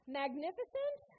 magnificent